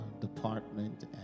department